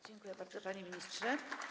Dziękuję bardzo, panie ministrze.